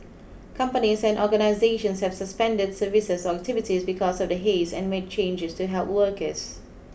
companies and organisations have suspended services or activities because of the haze and made changes to help workers